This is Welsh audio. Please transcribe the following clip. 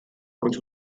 ond